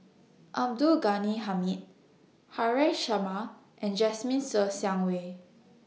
Abdul Ghani Hamid Haresh Sharma and Jasmine Ser Xiang Wei